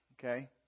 okay